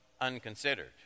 unconsidered